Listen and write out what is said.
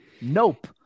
Nope